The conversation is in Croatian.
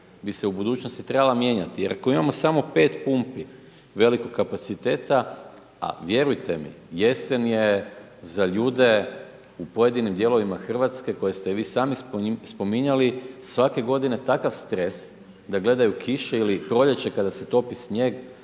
bi se u budućnosti trebala mijenjati jer ako imamo samo 5 pumpi velikog kapaciteta, a vjerujte mi, jesen je za ljude u pojedinim dijelovima Hrvatske koje ste vi sami spominjali, svake godine takav stres da gledaju kiše ili proljeće kada se topi snijeg